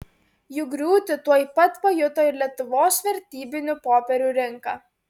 jų griūtį tuoj pat pajuto ir lietuvos vertybinių popierių rinka